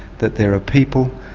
that they're a people,